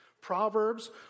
Proverbs